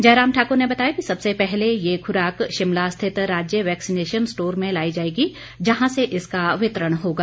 जयराम ठाकुर ने बताया कि सबसे पहले ये खुराक शिमला स्थित राज्य वैक्सीनेशन स्टोर में लाई जाएगी जहां से इसका वितरण होगा